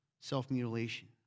self-mutilation